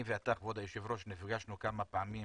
אני ואתה, כבוד היושב ראש, נפגשנו כמה פעמים